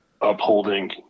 upholding